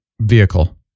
vehicle